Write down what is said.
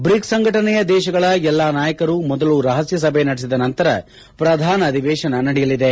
BRICS ಸಂಘಟನೆಯ ದೇಶಗಳ ಎಲ್ಲ ನಾಯಕರು ಮೊದಲು ರಹಸ್ಯ ಸಭೆ ನಡೆಸಿದ ನಂತರ ಪ್ರಧಾನ ಅಧಿವೇಶನ ನಡೆಯಲಿದೆ